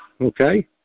Okay